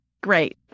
Great